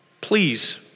please